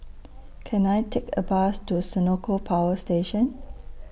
Can I Take A Bus to Senoko Power Station